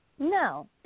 No